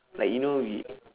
like you know we